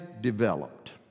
developed